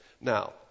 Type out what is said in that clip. Now